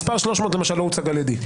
המספר 300 למשל לא הוצג על ידי.